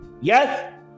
Yes